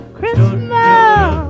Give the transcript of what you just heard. Christmas